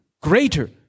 greater